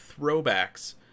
throwbacks